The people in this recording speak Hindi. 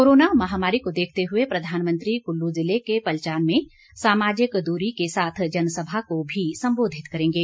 कोरोना महामारी को देखते हुए प्रधानमंत्री कुल्लू जिले के पलचान में सामाजिक दूरी के साथ जनसभा को भी संबोधित करेंगे